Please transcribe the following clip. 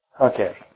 Okay